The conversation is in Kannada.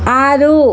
ಆರು